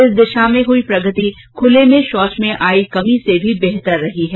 इस दिशा में हुई प्रगति खुले में शौच में आई कमी से भी बेहतर रही है